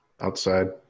outside